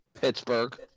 Pittsburgh